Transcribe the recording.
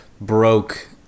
broke